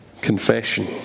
Confession